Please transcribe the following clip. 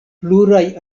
pluraj